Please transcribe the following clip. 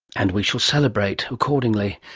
and we shall celebrate accordingly.